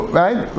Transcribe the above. right